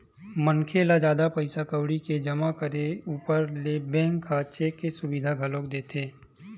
मनखे ल जादा पइसा कउड़ी के जमा करे ऊपर ले बेंक ह चेक के सुबिधा घलोक देथे